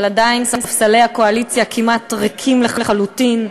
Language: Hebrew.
אבל עדיין ספסלי הקואליציה כמעט ריקים לחלוטין.